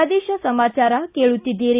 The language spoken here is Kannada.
ಪ್ರದೇಶ ಸಮಾಚಾರ ಕೇಳುತ್ತೀದ್ದಿರಿ